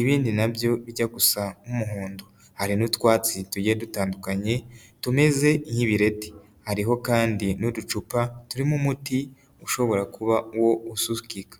ibindi nabyo ijya gusa nk'umuhondo hari n'utwatsi tugiye dutandukanye tumeze nk'ibireti, hariho kandi n'uducupa turimo umuti ushobora kuba wo ususukika.